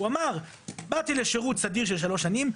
הוא אמר "באתי לשירות סדיר של שלוש שנים.